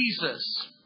Jesus